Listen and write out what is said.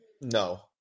No